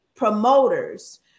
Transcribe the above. promoters